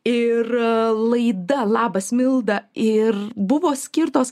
ir laida labas milda ir buvo skirtos